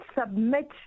submit